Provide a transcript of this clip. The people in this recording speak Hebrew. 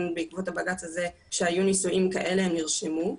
בעקבות הבג"צ הזה כשהיו נישואים כאלה הם נרשמו,